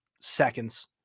seconds